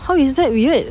how is that weird